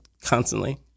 Constantly